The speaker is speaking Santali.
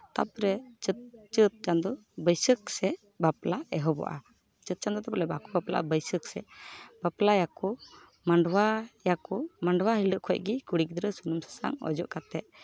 ᱛᱟᱯᱚᱨᱮ ᱪᱟᱹᱛ ᱪᱟᱸᱫᱚ ᱵᱟᱹᱭᱥᱟᱹᱠ ᱥᱮᱡ ᱵᱟᱯᱞᱟ ᱮᱦᱚᱵᱚᱜᱼᱟ ᱪᱟᱹᱛ ᱪᱟᱸᱫᱚ ᱫᱚ ᱵᱚᱞᱮ ᱵᱟᱠᱚ ᱵᱟᱯᱞᱟᱜᱼᱟ ᱵᱟᱹᱭᱥᱟᱹᱠ ᱥᱮᱡ ᱵᱟᱯᱞᱟᱭᱟᱠᱚ ᱢᱟᱰᱣᱟᱭᱟᱠᱚ ᱢᱟᱰᱣᱟ ᱦᱤᱞᱳᱜ ᱠᱷᱚᱡ ᱜᱮ ᱠᱩᱲᱤ ᱜᱤᱫᱷᱨᱟᱹ ᱥᱩᱱᱩᱢ ᱥᱟᱥᱟᱝ ᱚᱡᱚᱜ ᱠᱟᱛᱮ